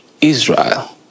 Israel